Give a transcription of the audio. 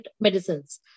medicines